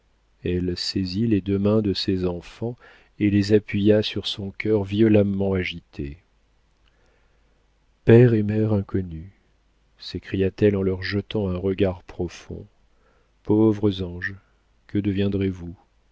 elle saisit les deux mains de ses enfants et les appuya sur son cœur violemment agité père et mère inconnus s'écria-t-elle en leur jetant un regard profond pauvres anges que deviendrez-vous